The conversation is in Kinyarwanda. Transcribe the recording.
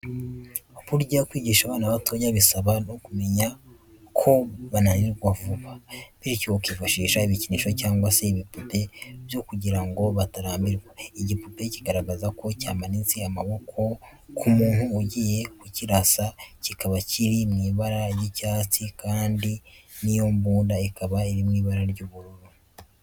Burya kwigisha abana batoya bisaba no kumenya ko bananirwa vuba, bityo ukifashisha ibikinisho cyangwa se ibipupe byo kugira ngo batarambirwa. Igipupe kigaragaza ko cyamanitse amaboko ku muntu ugiye kukirasa, kikaba kiri mu ibara ry'icyatsi kandi n'iyo mbunda ikaba iri mu ibara ry'ubururu.